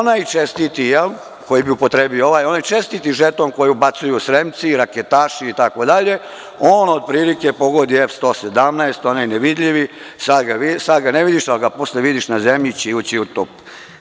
Onaj čestiti koji bi upotrebio, onaj čestiti žeton koji ubacuju sremci, raketaši itd, on otprilike pogodi F117, onaj nevidljivi, sad ga ne vidiš, ali ga posle vidiš na zemlji – ćiju, ćiju tup.